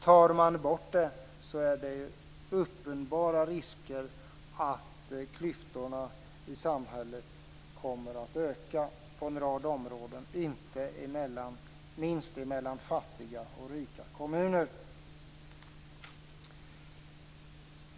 Tar man bort det, är det uppenbara risker för att klyftorna i samhället kommer att öka på en rad områden och inte minst mellan rika och fattiga kommuner.